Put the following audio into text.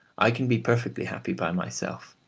i can be perfectly happy by myself.